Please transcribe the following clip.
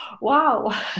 Wow